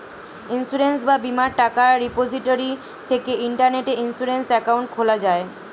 insurance বা বীমার টাকা রিপোজিটরি থেকে ইন্টারনেটে ইন্সুরেন্স অ্যাকাউন্ট খোলা যায়